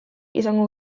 izango